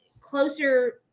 closer